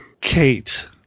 Kate